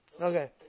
Okay